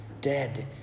dead